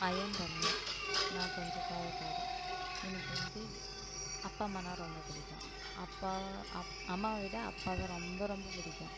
ஐ am Ramya நான் கொஞ்சம் கோபக்காரி எனக்கு வந்து அப்பா அம்மானா ரொம்ப பிடிக்கும் அப்பா அம்மாவை விட அப்பா தான் ரொம்ப ரொம்ப பிடிக்கும்